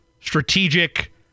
strategic